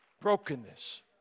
Brokenness